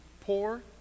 poor